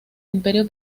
imperio